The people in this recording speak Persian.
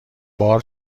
بار